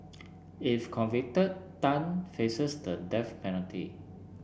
if convicted Tan faces the death penalty